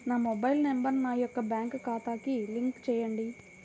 నా mobile number నా యొక్క బ్యాంక్ ఖాతాకి లింక్ చేయండీ?